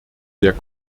der